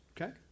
Okay